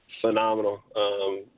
phenomenal